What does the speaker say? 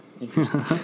interesting